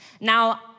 Now